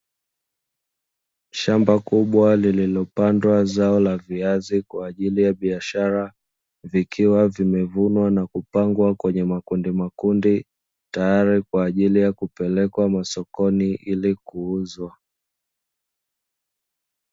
Shamba kubwa lililopandwa zao la viazi kwa ajili ya biashara, vikiwa vimevunwa na kupangwa kwenye makundi makundi tayari kwa ajili ya kupelekwa masokoni ili kuuzwa.